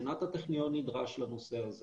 סנאט הטכניון נדרש לנושא הזה